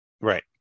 right